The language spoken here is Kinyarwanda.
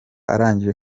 arangije